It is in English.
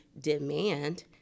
demand